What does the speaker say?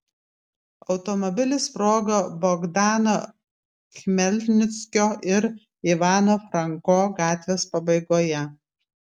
automobilis sprogo bogdano chmelnickio ir ivano franko gatvės pabaigoje